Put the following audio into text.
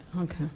Okay